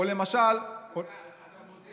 או למשל --- אתה מודה